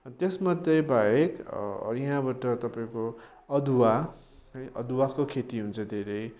त्यसमध्ये बाहेक यहाँबाट तपाईँको अदुवा है अदुवाको खेती हुन्छ धेरै